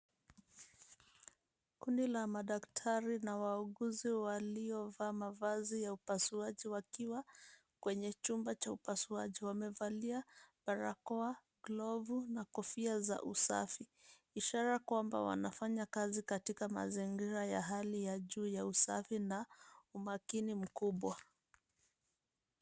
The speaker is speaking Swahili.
Kundi la madaktari na wauguzi waliovaa mavazi ya upasuaji wakiwa kwenye chumba cha upasuaji. Wamevalia barakoa, glovu, na kofia za usafi. Ishara kwamba wanafanya kazi katika mazingira ya hali ya juu ya usafi na umakini mkubwa.